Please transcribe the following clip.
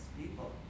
people